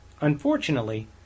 unfortunately